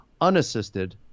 unassisted